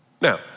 Now